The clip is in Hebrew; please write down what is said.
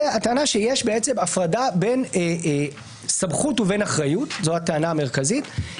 היא הטענה שיש הפרדה בין סמכות לבין אחריות זאת הטענה המרכזית,